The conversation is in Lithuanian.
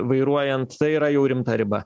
vairuojant tai yra jau rimta riba